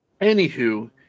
anywho